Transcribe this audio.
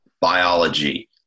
biology